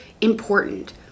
important